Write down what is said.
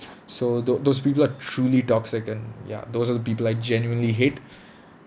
so tho~ those people are truly toxic and ya those are the people I genuinely hate